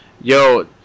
Yo